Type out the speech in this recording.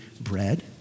bread